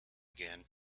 again